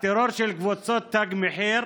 הטרור של קבוצות תג מחיר